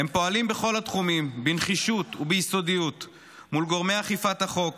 הם פועלים בכל התחומים בנחישות וביסודיות מול גורמי אכיפת החוק,